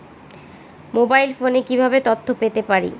Mobile ফোনে কিভাবে তথ্য পেতে পারি?